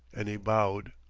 and he bowed,